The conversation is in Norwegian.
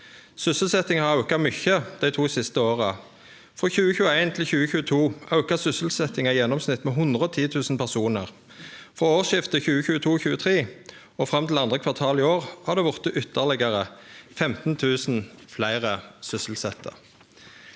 Sysselsetjinga har auka mykje dei to siste åra. Frå 2021 til 2022 auka sysselsetjinga i gjennomsnitt med 110 000 personar. Frå årsskiftet 2022/2023 og fram til 2. kvartal i år har det vorte ytterlegare 15 000 fleire sysselsette.